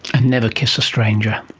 and never kiss a stranger.